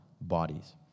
bodies